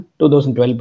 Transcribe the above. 2012